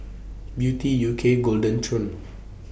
Beauty U K Golden Churn